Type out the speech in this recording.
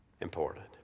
important